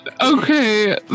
okay